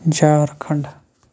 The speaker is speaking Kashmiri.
جھارکھَنٛڈ